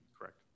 Correct